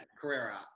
carrera